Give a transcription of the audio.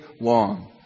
long